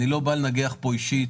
אני לא בא לנגח פה אישית,